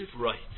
right